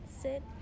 sit